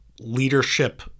leadership